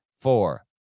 four